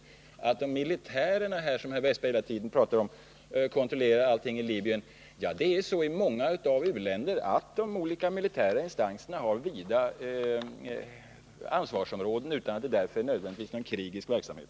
Herr Wästberg talar hela tiden om att det är militärerna som kontrollerar allting i Libyen, men det är ju så i många u-länder att de olika militära instanserna har vida ansvarsområden, och det behöver nödvändigtvis inte innebära att de bedriver någon krigisk verksamhet.